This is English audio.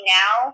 now